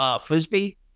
Frisbee